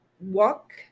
walk